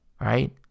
right